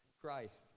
Christ